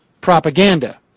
propaganda